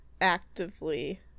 actively